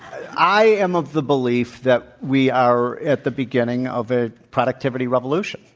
i am of the belief that we are at the beginning of a productivity revolution,